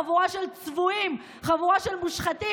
חבורה של צבועים, חבורה של מושחתים.